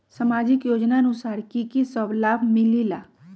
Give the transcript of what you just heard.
समाजिक योजनानुसार कि कि सब लाब मिलीला?